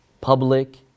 public